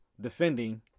Defending